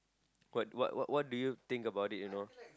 got what what what do you think about it you know